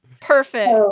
Perfect